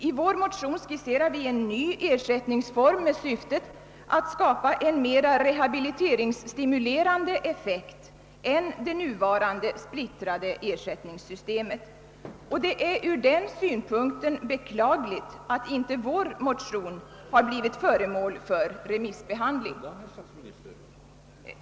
I vår motion skisserar vi en ny ersättningsform med syftet att skapa en mer rehabiliteringsstimulerande effekt än det nuvarande splittrade ersättningssystemet. Det är ur denna synpunkt beklagligt att inte vår motion har blivit föremål för remissbehandling.